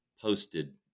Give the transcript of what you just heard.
posted